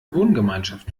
wohngemeinschaft